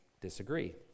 disagree